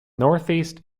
northeast